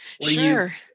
sure